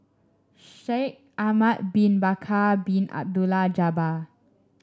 Shaikh Ahmad Bin Bakar Bin Abdullah Jabbar